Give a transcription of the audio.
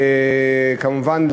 כמובן,